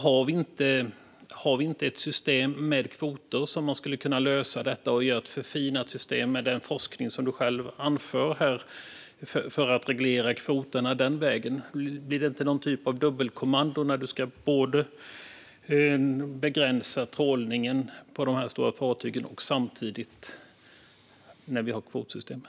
Har vi inte ett system med kvoter som man skulle kunna lösa detta med och göra ett förfinat system med den forskning som du själv anför här, för att reglera kvoterna den vägen? Blir det inte någon typ av dubbelkommando när man ska begränsa trålningen på de stora fartygen när vi samtidigt har kvotsystemet?